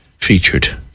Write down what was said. Featured